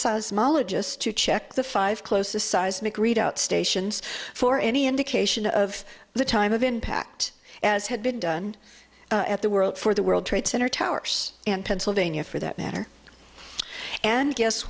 seismologists to check the five closest seismic readout stations for any indication of the time of impact as had been done at the world for the world trade center towers and pennsylvania for that matter and guess